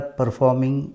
performing